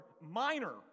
minor